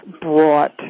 brought